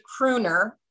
crooner